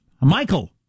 Michael